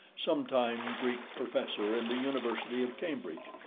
sometime greek professor in the university of cambridge,